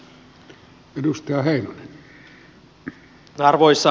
arvoisa puhemies